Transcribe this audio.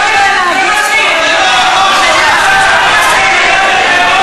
פאשיסט ומסית,